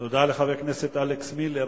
תודה לחבר הכנסת אלכס מילר.